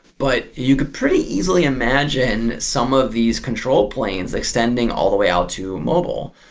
but you could pretty easily imagine some of these control planes extending all the way out to mobile,